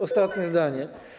Ostatnie zdanie.